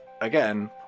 Again